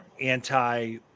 anti